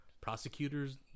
prosecutors